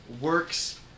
Works